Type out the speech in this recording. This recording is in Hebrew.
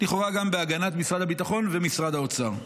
לכאורה גם בהגנת משרד הביטחון ומשרד האוצר,